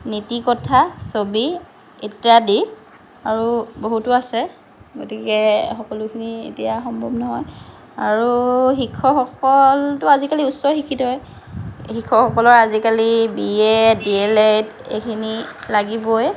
নীতিকথা ছবি ইত্যাদি আৰু বহুতো আছে গতিকে সকলোখিনি এতিয়া সম্ভৱ নহয় আৰু শিক্ষকসকলতো আজিকালি উচ্চশিক্ষিতয়ে শিক্ষকসকলৰ আজিকালি B Ed D El Ed এইখিনি লাগিবই